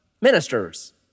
ministers